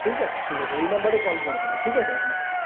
ঠিক আছে ঠিক আছে এই নাম্বারেই কল করে দেব ঠিক আছে আপনাকে